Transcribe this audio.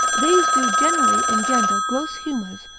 these do generally engender gross humours,